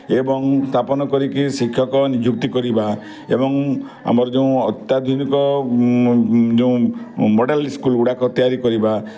ଏବଂ ସ୍ଥାପନ କରିକି ଶିକ୍ଷକ ନିଯୁକ୍ତି କରିବା ଏବଂ ଆମର ଯେଉଁ ଅତ୍ୟାଧୁନିକ ମଡ଼େଲ୍ ସ୍କୁଲ୍ ଗୁଡ଼ାକ ତିଆରି କରିବା